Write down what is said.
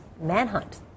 manhunt